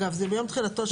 אלא ביום תחילתו של החוק.